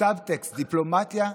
הסאבטקסט, דיפלומטיה,